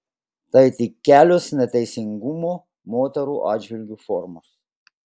tai tik kelios neteisingumo moterų atžvilgiu formos